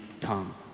come